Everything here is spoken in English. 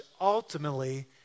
ultimately